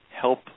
help